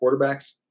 quarterbacks